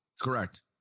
Correct